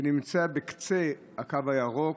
שנמצאת בקצה הקו הירוק,